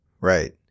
right